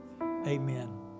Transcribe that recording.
Amen